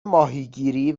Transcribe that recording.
ماهیگیری